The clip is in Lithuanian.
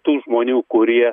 tų žmonių kurie